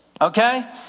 okay